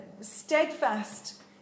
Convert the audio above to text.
steadfast